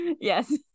Yes